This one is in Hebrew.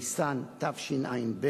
בניסן תשע"ב,